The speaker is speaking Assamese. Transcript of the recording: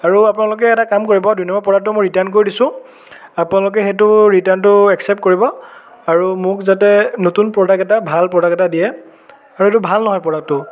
আৰু আপোনালোকে এটা কাম কৰিব দুই নম্বৰ প্ৰডাক্টটো মই ৰিটাৰ্ণ কৰি দিছোঁ আপোনালোকে সেইটো ৰিটাৰ্ণটো একচেপ্ট কৰিব আৰু মোক যাতে নতুন প্ৰডাক্ট এটা ভাল প্ৰডাক্ট এটা দিয়ে আৰু এইটো ভাল নহয় প্ৰডাক্টটো